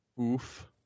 Oof